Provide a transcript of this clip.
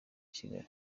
kigali